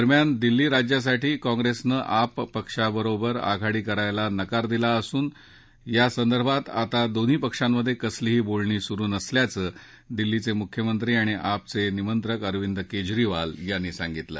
दरम्यान दिल्ली राज्यासाठी काँप्रेसने आप पक्षाबरोबर आघाडी करायला नकार दिला असून यासंदर्भात आता दोन्ही पक्षात कसलीही बोलणी सुरु नसल्याचं दिल्लीचे मुख्यमंत्री आणि आप चे निमंत्रक अरविंद केजरीवाल यांनी सांगितलं